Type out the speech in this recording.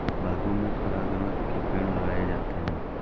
बागों में परागकण के पेड़ लगाए जाते हैं